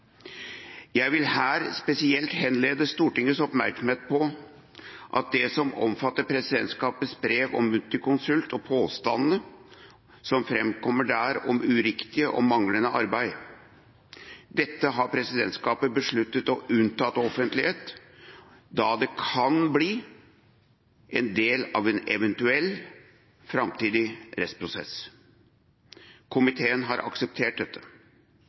Jeg vil her spesielt henlede Stortingets oppmerksomhet mot det som omfatter presidentskapets brev om Multiconsult og påstandene som framkommer der om uriktig og manglende arbeid. Dette brevet har presidentskapet besluttet å unnta offentlighet, da det kan bli en del av en eventuell framtidig rettsprosess. Komiteen har akseptert dette.